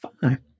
fine